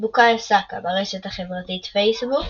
בוקאיו סאקה, ברשת החברתית פייסבוק